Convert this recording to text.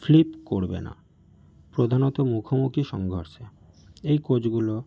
flip করবে না প্রধানত মুখোমুখি সংঘর্ষে এই কোচগুলো